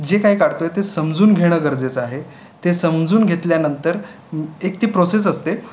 जे काही काढतो आहे ते समजून घेणं गरजेचं आहे ते समजून घेतल्यानंतर एक ती प्रोसेस असते